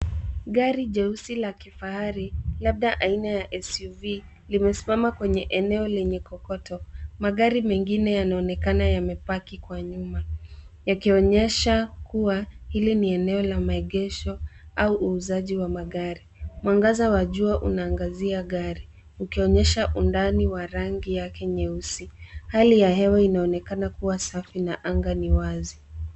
Gari jeusi la kifahari, labda aina ya SUV limesimama kwenye eneo lenye kokoto. Magari mengine yanaonekana yamepaki kwa nyuma , yakionyesha kuwa hili ni eneo la maegesho au uuzaji wa magari. Mwangaza wa jua unaangazia gari, ukionyesha undani wa rangi yake nyeusi. Hali ya hewa inaonekana kuwa safi na anga ni wazi.